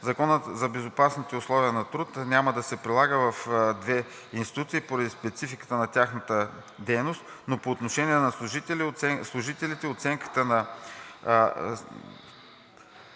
и безопасни условия на труд няма да се прилага в две институции поради спецификата на тяхната дейност, но по отношение на служителите оценката на